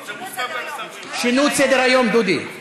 שינו את סדר-היום, דודי.